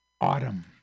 Autumn